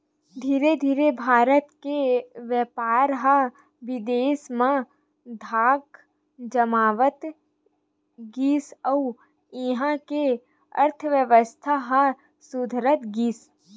धीरे धीरे भारत के बेपार ह बिदेस म धाक जमावत गिस अउ इहां के अर्थबेवस्था ह सुधरत गिस